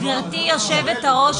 גברתי היושבת-ראש,